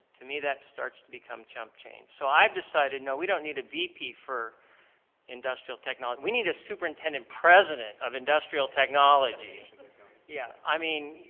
to me that starts to become chump change. so i have decided, no, we don't need a vp for industrial technology. we need a superintendent president of industrial technology. laughter yeah, i mean,